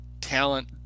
talent